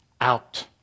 out